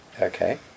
Okay